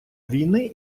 війни